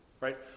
Right